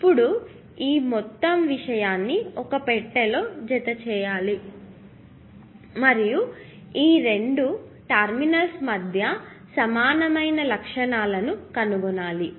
ఇప్పుడు ఈ మొత్తం విషయాన్ని ఒక పెట్టెలో జతచేయాలి మరియు ఈ రెండు టెర్మినల్స్ మధ్య సమానమైన లక్షణాలు కనుగొనాలి